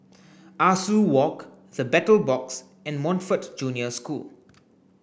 Ah Soo Walk the Battle Box and Montfort Junior School